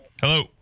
Hello